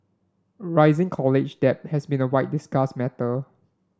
rising college debt has been a wide discussed matter